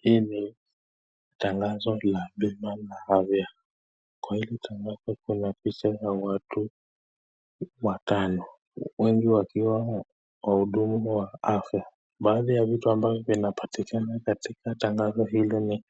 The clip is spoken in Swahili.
Hii ni tangazo la bima la afya kwa hili tangazo kuna picha ya watu watano wengi wakiwa wahudumu wa afya baadhi ya vitu vinavyo patikana katika tangozo hilo ni